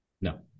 No